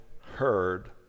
heard